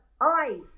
eyes